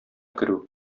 керү